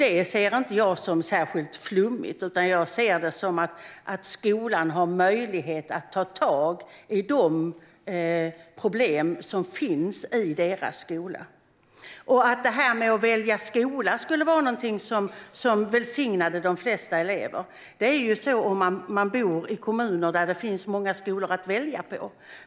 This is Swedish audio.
Det ser inte jag som särskilt flummigt, utan jag ser det som att skolan har möjlighet att ta tag i de problem som finns i deras skola. Att det här med att välja skola skulle vara någonting som välsignade de flesta elever rör i så fall dem som bor i kommuner där det finns många skolor att välja på.